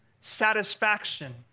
satisfaction